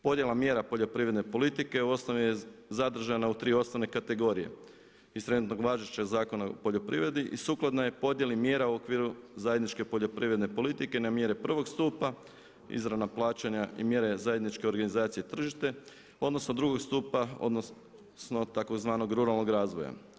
Podjela mjera poljoprivrede u osnovi je zadržana u 3 osnovne kategorije iz trenutno važećeg Zakona o poljoprivredi i sukladna je podjeli mjera u okviru zajedničke poljoprivredne politike na mjere prvog stupa, izravna plaćanja i mjere zajedničke organizacije tržište, odnosno drugog stupa odnosno tzv. ruralnog razvoja.